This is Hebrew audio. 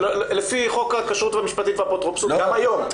לפי חוק הכשרות המשפטית והאפוטרופסות גם היום.